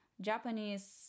Japanese